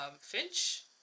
Finch